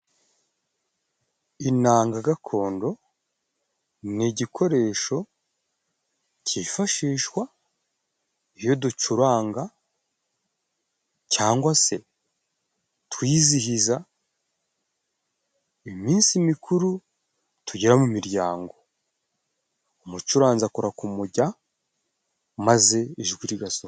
Inanga gakondo ni igikoresho cyifashishwa, iyo ducuranga cyangwa se twizihiza iminsi mikuru tugira mu miryango. Umucuranzi akora mujya, maze ijwi rigasohoka .